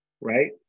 right